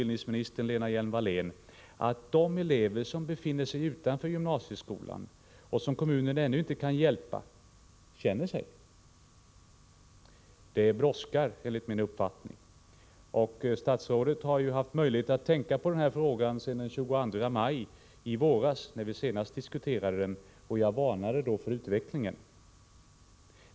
Det brådskar enligt min uppfattning, och statsrådet har ju haft möjlighet att tänka på den här frågan sedan den 22 maj, då vi senast diskuterade den. Jag varnade då för utvecklingen.